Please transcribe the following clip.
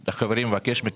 חברים, אני מבקש מכם.